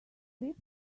lift